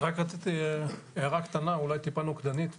רציתי הערה קטנה אולי טיפה נוקדנית,